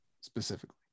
specifically